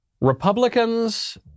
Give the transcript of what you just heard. Republicans